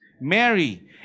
Mary